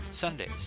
Sundays